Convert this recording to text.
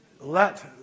Let